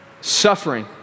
suffering